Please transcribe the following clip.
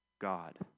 God